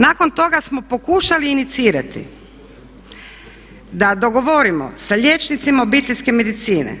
Nakon toga smo pokušali inicirati da dogovorimo sa liječnicima obiteljske medicine